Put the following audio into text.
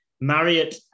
Marriott